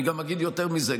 אני אגיד גם יותר מזה,